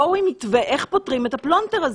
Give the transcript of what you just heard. בואו עם מתווה איך פותרים את הפלונטר הזה.